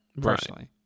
personally